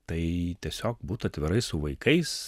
tai tiesiog būt atvirai su vaikais